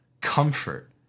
comfort